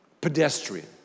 pedestrian